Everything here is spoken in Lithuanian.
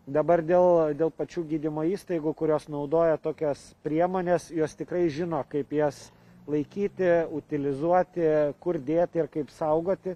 dabar dėl dėl pačių gydymo įstaigų kurios naudoja tokias priemones jos tikrai žino kaip jas laikyti utilizuoti kur dėti ir kaip saugoti